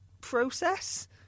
process